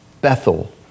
Bethel